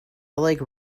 like